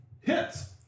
hits